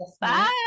Bye